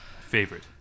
favorite